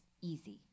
easy